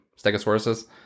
stegosaurus